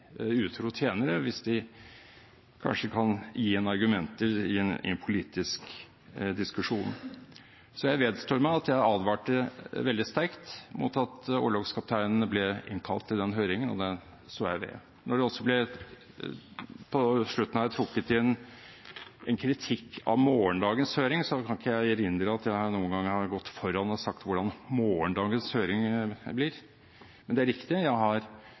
utro tjenere hvis de kan gi en argumenter i en politisk diskusjon. Jeg vedstår meg at jeg advarte veldig sterkt mot at orlogskapteinen ble innkalt til den høringen. Sånn er det. Når det på slutten ble trukket inn en kritikk av morgendagens høring, kan ikke jeg erindre at jeg noen gang har gått foran og sagt hvordan morgendagens høring blir. Men det er riktig: Jeg